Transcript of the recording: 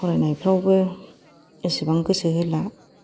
फरायनायफ्रावबो एसेबां गोसो होला